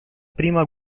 prima